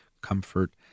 comfort